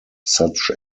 such